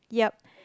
yup